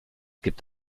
gibt